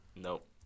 Nope